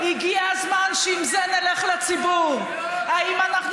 הגיע הזמן שעם זה נלך לציבור: האם אנחנו